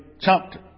chapter